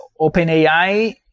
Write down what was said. OpenAI